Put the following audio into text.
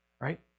right